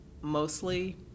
mostly –